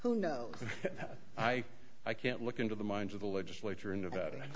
know i i can't look into the minds of the legislature in nevada